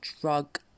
drug